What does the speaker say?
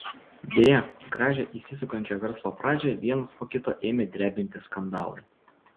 deja gražią įsisukančio verslo pradžią vienas po kito ėmė drebinti skandalai